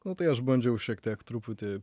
na tai aš bandžiau šiek tiek truputį